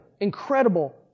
incredible